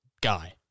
guy